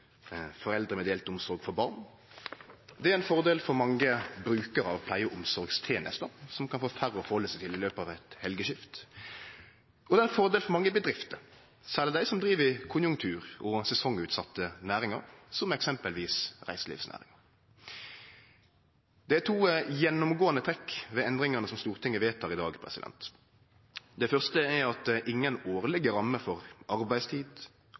foreldre med delt omsorg for barn. Det er ein fordel for mange brukarar av pleie- og omsorgstenester som kan få færre å halde seg til i løpet av eit helgeskift. Og det er ein fordel for mange bedrifter – særleg dei som driv i konjunktur- og sesongutsette næringar, som eksempelvis reiselivsnæringa. Det er to gjennomgåande trekk ved endringane Stortinget vedtek i dag. Det første er at ingen årlege rammer for arbeidstid,